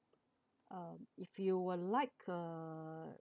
uh if you would like a